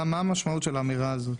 מהי המשמעות של האמירה הזו?